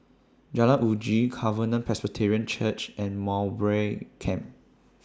Jalan Uji Covenant Presbyterian Church and Mowbray Camp